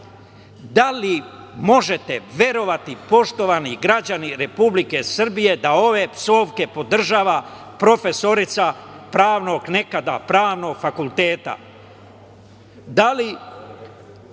li možete verovati, poštovani građani Republike Srbije, da ove psovke podržava nekada profesorica pravnog fakulteta?